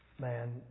Man